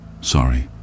Sorry